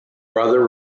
brother